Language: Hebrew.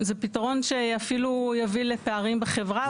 זה פתרון שאפילו יביא לפערים בחברה.